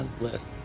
list